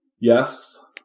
Yes